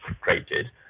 created